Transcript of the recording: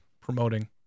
promoting